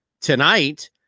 tonight